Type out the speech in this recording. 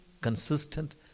consistent